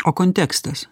o kontekstas